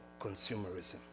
consumerism